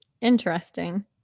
Interesting